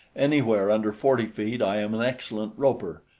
anywhere under forty feet i am an excellent roper,